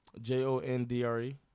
J-O-N-D-R-E